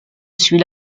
suis